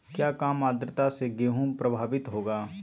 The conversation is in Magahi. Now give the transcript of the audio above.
क्या काम आद्रता से गेहु प्रभाभीत होगा?